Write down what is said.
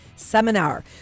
Seminar